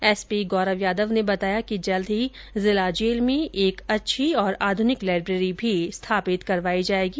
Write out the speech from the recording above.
एसर्पी गौरव यादव ने बताया कि जल्द ही जिला जेल में एक अच्छी और आधुनिक लाइब्रेरी भी स्थापित करवाई जाएगी